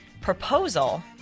proposal